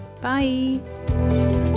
Bye